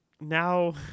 now